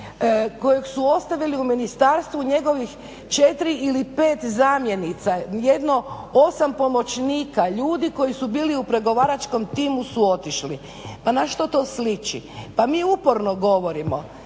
kojeg su ostavili u ministarstvu njegovih 4 ili 5 zamjenica, jedno 8 pomoćnika, ljudi koji su bili u pregovaračkom timu su otišli. Pa na što to sliči? Pa mi uporno govorimo,